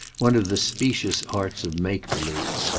one of the specious arts of make-believe.